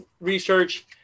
research